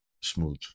smooth